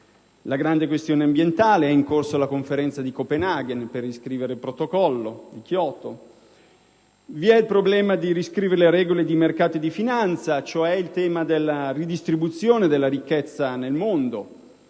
la grande questione ambientale. Al riguardo è in corso la Conferenza di Copenaghen per riscrivere il Protocollo di Kyoto. Vi è poi il problema di riscrivere le regole dei mercati di finanza, vale a dire il tema della redistribuzione della ricchezza nel mondo.